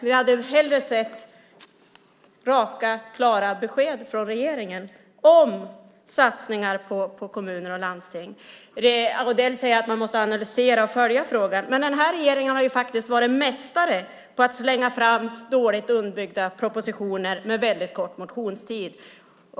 Vi hade hellre sett raka klara besked från regeringen om satsningar på kommuner och landsting. Odell säger att man måste analysera och följa frågan, men den här regeringen har faktiskt varit mästare på att slänga fram dåligt underbyggda propositioner med väldigt kort motionstid.